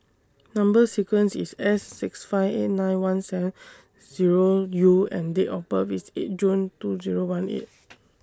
Number sequence IS S six five eight nine one seven Zero U and Date of birth IS eight June two Zero one eight